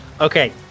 Okay